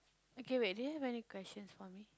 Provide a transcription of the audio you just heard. okay wait do you have any questions for me